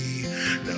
Now